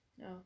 No